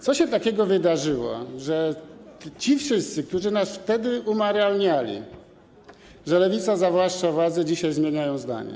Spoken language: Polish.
Co takiego się wydarzyło, że ci wszyscy, którzy nas wtedy umoralniali, że Lewica zawłaszcza władzę, dzisiaj zmieniają zdanie?